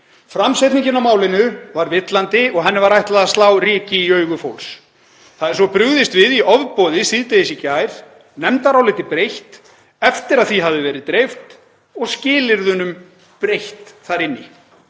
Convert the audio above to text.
Framsetningin á málinu var villandi og henni var ætlað að slá ryki í augu fólks. Síðan er brugðist við í ofboði síðdegis í gær, nefndaráliti breytt eftir að því hafði verið dreift og skilyrðunum breytt þar inni í.